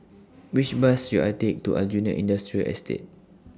Which Bus should I Take to Aljunied Industrial Estate